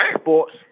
sports